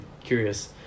curious